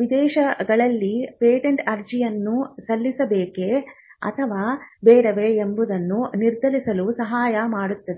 ವಿದೇಶಗಳಲ್ಲಿ ಪೇಟೆಂಟ್ ಅರ್ಜಿಯನ್ನು ಸಲ್ಲಿಸಬೇಕು ಅಥವಾ ಬೇಡವೇ ಎಂಬುದನ್ನು ನಿರ್ಧರಿಸಲು ಸಹಾಯಕವಾಗುತ್ತದೆ